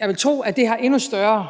Jeg vil tro, at det har haft endnu større